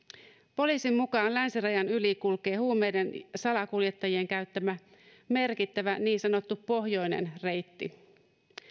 poliisin mukaan länsirajan yli kulkee huumeiden salakuljettajien käyttämä merkittävä niin sanottu pohjoinen reitti